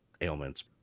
ailments